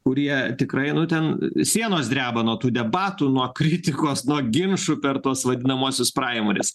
kurie tikrai nu ten sienos dreba nuo tų debatų nuo kritikos nuo ginčų per tuos vadinamuosius praimaris